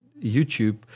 YouTube